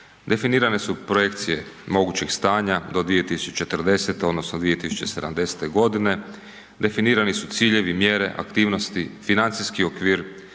Definirane su projekcije mogućih stanja do 2040. odnosno 2070.g., definirani su ciljevi, mjere, aktivnosti, financijski okvir,